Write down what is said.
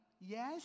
Yes